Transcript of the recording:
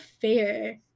fair